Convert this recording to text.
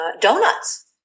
donuts